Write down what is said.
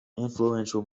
influential